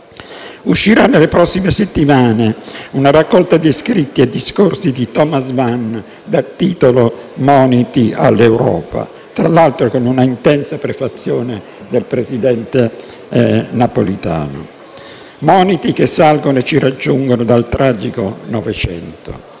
Uscirà nelle prossime settimane una raccolta di scritti e discorsi di Thomas Mann, dal titolo «Moniti all'Europa», tra l'altro con una intensa prefazione del presidente Napolitano. Moniti che salgono e ci raggiungono dal tragico Novecento.